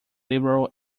liberal